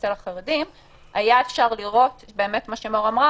אצל החרדים היה אפשר לראות את מה שאמרה מור,